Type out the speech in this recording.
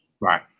Right